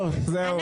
הצעה.